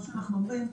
מה שאנחנו אומרים,